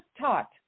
taught